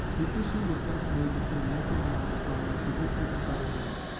the issue was thus made between lincoln and armstrong as to which was the better man,